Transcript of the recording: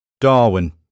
Darwin